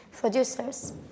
producers